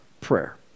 prayer